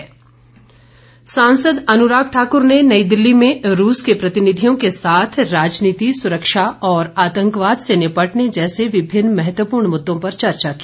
अन्राग सांसद अनुराग ठाकुर ने नई दिल्ली में रूस के प्रतिनिधियों के साथ राजनीति सुरक्षा और आतंकवाद से निपटने जैसे विभिन्न महत्वपूर्ण मुद्दों पर चर्चा की